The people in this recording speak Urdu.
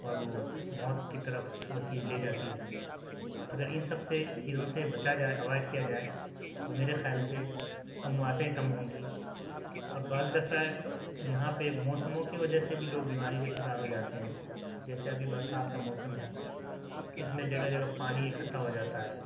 اور وہ موت کی طرف وہ چیز لے جاتی ہے اگر ان سب سے چیزوں سے بچا جائے اوائڈ کیا جائے تو میرے خیال سے امواتیں کم ہوں گی اور بعض دفع یہاں پہ موسموں کی وجہ سے بھی لوگ بیماری کا شکار ہو جاتے ہیں جیسا کہ برسات کا موسم ہے اس میں جگہ جگہ پانی اکٹھا ہو جاتا ہے